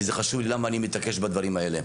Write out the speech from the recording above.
כי זה חשוב לי למה אני מתעקש בדברים האלה.